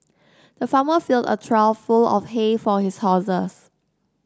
the farmer filled a trough full of hay for his horses